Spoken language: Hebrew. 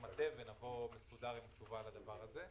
מטה ונבוא עם תשובה מסודרת על הדבר הזה.